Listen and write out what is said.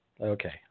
Okay